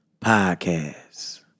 Podcast